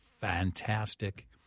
fantastic